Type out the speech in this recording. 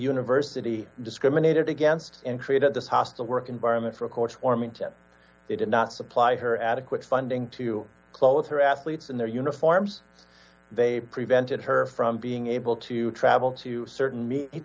university discriminated against and created this hostile work environment for courts warmington they did not supply her adequate funding to close her athletes and their uniforms they prevented her from being able to travel to certain me